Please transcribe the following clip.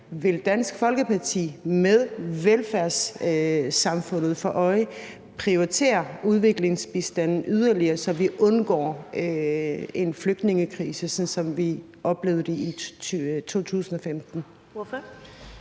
Vil Dansk Folkeparti med velfærdssamfundet for øje prioritere udviklingsbistanden yderligere, så vi undgår en flygtningekrise, som vi oplevede det i 2015?